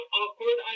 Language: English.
awkward